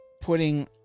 putting